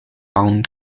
owen